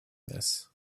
this